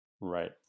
right